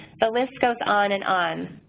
the list goes on and on.